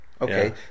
Okay